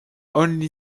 only